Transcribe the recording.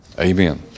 Amen